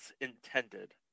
intended